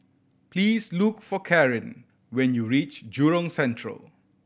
please look for Caryn when you reach Jurong Central